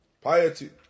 piety